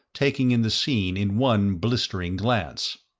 taking in the scene in one blistering glance.